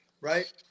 right